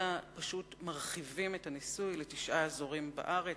אלא פשוט מרחיבים את הניסוי לתשעה אזורים בארץ,